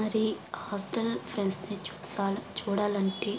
మరి హాస్టల్లో ఫ్రెండ్స్ని చూసా చూడాలంటే